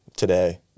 today